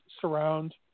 surround